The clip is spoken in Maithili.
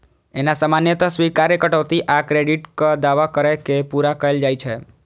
एना सामान्यतः स्वीकार्य कटौती आ क्रेडिटक दावा कैर के पूरा कैल जाइ छै